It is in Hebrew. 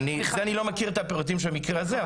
אני לא מכיר את הפרטים של המקרה הזה,